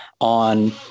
on